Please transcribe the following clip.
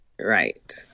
Right